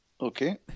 Okay